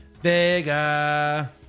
Vega